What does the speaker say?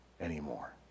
anymore